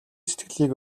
сэтгэлийг